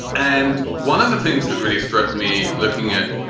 and one of the things that really struck me looking at.